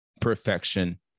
Perfection